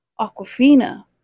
Aquafina